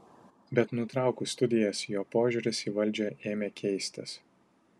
bet nutraukus studijas jo požiūris į valdžią ėmė keistis